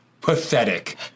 Pathetic